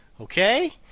Okay